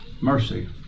Mercy